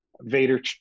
vader